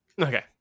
Okay